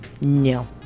No